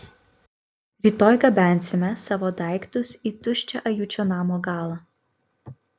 rytoj gabensime savo daiktus į tuščią ajučio namo galą